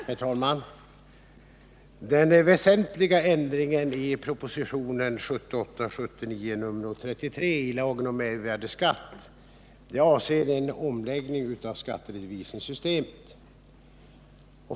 Herr talman! Den väsentliga ändring i lagen om mervärdeskatt som föreslås i propositionen 1978/79:33 avser en omläggning av skatteredovisningssystemet.